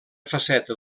faceta